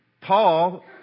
Paul